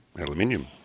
Aluminium